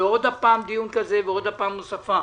ועוד פעם דיון כזה ועוד פעם הוספה.